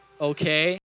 okay